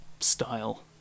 Style